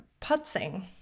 putzing